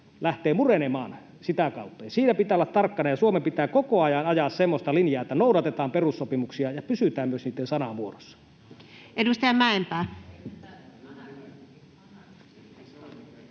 lähtee murenemaan sitä kautta. Siinä pitää olla tarkkana, ja Suomen pitää koko ajan ajaa semmoista linjaa, että noudatetaan perussopimuksia ja pysytään myös niitten sanamuodossa. Edustaja Mäenpää.